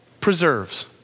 preserves